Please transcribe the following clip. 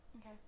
okay